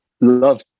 love